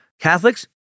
Catholics